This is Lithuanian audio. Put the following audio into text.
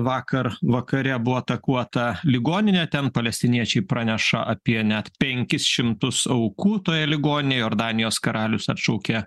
vakar vakare buvo atakuota ligoninė ten palestiniečiai praneša apie net penkis šimtus aukų toje ligoninėje jordanijos karalius atšaukė